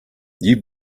you